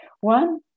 One